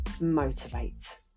motivate